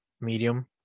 medium